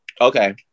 okay